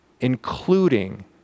including